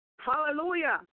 hallelujah